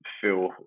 feel